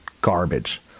garbage